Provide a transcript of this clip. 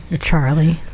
Charlie